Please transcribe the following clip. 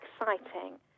exciting